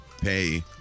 pay